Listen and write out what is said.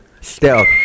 Stealth